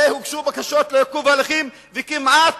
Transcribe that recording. הרי הוגשו בקשות לעיכוב הליכים וכמעט